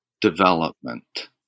development